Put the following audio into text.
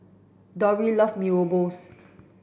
Dolly love Mee rebus